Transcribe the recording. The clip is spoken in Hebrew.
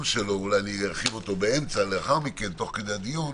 שלו אולי ארחיב באמצע לאחר מכן תוך כדי דיון.